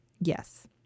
Yes